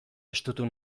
estutu